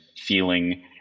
feeling